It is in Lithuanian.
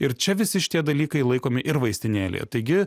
ir čia visi šitie dalykai laikomi ir vaistinėlėje taigi